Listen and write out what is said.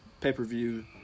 pay-per-view